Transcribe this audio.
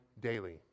daily